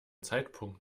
zeitpunkt